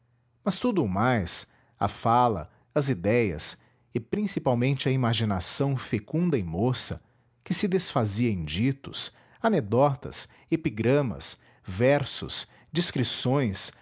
mas tudo o mais a fala as idéias e principalmente a imaginação fecunda e moça que se desfazia em ditos anedotas epigramas versos descrições